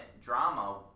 drama